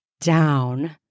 down